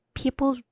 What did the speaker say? people